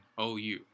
OU